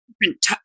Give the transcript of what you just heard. different